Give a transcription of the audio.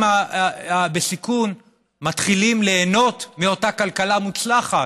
בסיכון מתחילים ליהנות מאותה כלכלה מוצלחת?